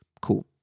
Cool